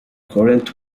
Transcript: current